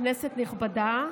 כנסת נכבדה,